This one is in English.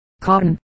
cotton